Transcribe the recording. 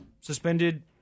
suspended